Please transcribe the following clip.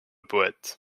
poète